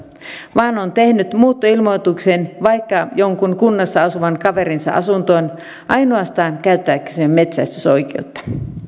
vaan on tehnyt muuttoilmoituksen vaikka jonkun kunnassa asuvan kaverinsa asuntoon ainoastaan käyttääkseen metsästysoikeutta